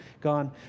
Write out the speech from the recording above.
gone